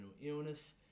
illness